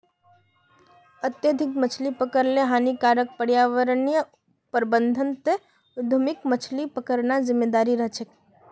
अत्यधिक मछली पकड़ ल हानिकारक पर्यावरणीय प्रभाउर त न औद्योगिक मछली पकड़ना जिम्मेदार रह छेक